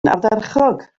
ardderchog